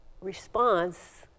response